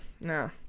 no